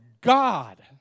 God